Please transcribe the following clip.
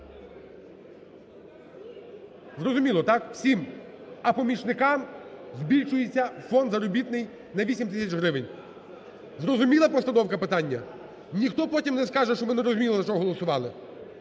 Зрозуміло, так, всім? А помічникам збільшується фонд заробітний на 8 тисяч гривень. Зрозуміла постановка питання? Ніхто потім не скаже, що ми не зрозуміли за що голосували?